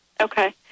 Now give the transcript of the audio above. Okay